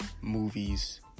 movies